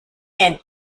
and